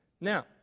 Now